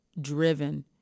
driven